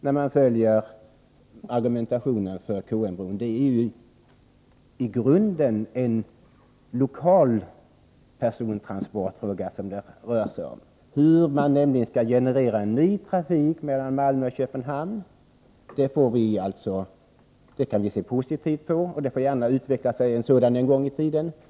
När man följer argumentationen för bro mellan Malmö och Köpenhamn, finner man att det i grunden rör sig om en lokal persontransportfråga, som i hög grad motiveras av att den genererar en ny trafik mellan Malmö och Köpenhamn. Det kan vi se positivt på — det får 51 gärna utveckla sig en sådan trafik en gång i tiden.